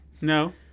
No